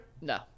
No